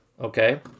Okay